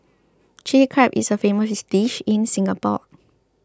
Chilli Crab is a famous dish in Singapore